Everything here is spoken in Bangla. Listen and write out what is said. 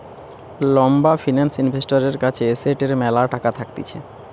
লম্বা ফিন্যান্স ইনভেস্টরের কাছে এসেটের ম্যালা টাকা থাকতিছে